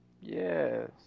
Yes